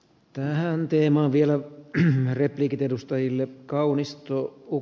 tähän teemaan vielä hämärä heikit edustajille kaunis loppu